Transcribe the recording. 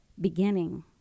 beginning